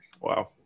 Wow